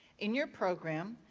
in your program,